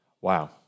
Wow